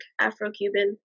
Afro-Cuban